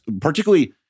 particularly